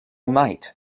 night